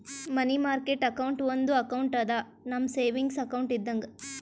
ಮನಿ market account ಒಂದು account ಅದಾ, ನಮ್ ಸೇವಿಂಗ್ಸ್ ಅಕೌಂಟ್ ಇದ್ದಂಗ